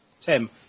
Tim